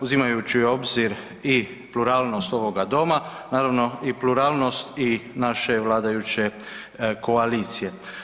Uzimajući u obzir i pluralnost ovoga Doma naravno i pluralnost i naše vladajuće koalicije.